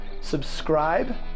subscribe